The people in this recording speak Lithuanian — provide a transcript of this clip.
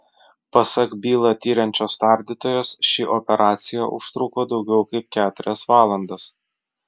pasak bylą tiriančios tardytojos ši operacija užtruko daugiau kaip keturias valandas